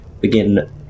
begin